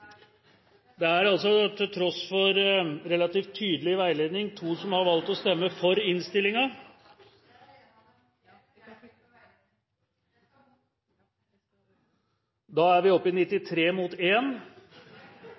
Det er altså, til tross for relativt tydelig veiledning, to som har valgt å stemme for innstillingen. Jeg er en av dem. Da er vi oppe i